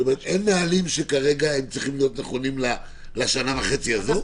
זאת אומרת שכרגע אין נהלים שצריכים להיות מוכנים לשנה וחצי הזאת?